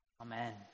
Amen